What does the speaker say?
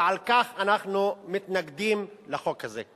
ועל כן אנחנו מתנגדים לחוק הזה.